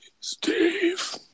Steve